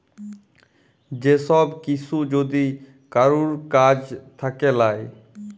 যে সব কিসু যদি কারুর কাজ থাক্যে লায়